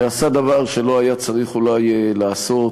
שעשה דבר שלא היה צריך אולי לעשות,